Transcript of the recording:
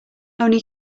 only